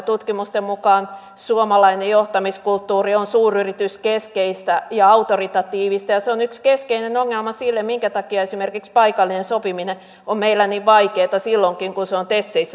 tutkimusten mukaan suomalainen johtamiskulttuuri on suuryrityskeskeistä ja autoritatiivista ja se on yksi keskeinen ongelma minkä takia esimerkiksi paikallinen sopiminen on meillä niin vaikeaa silloinkin kun se on teseissä täysin mahdollista